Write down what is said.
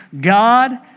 God